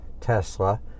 tesla